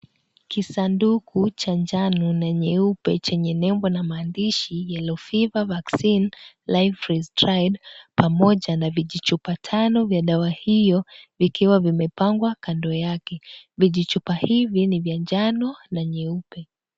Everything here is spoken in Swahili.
Kisanduku cha njano na nyeupe chenye nembo na maandishi,(cs)yellow fever vaccine life(cs) pamoja na vijichupa tano vya dawa hiyo vikiwa vimepangwa kando yake. Vijichupa hivi ni vya njano na nyeupe.